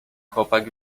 chłopak